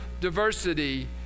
diversity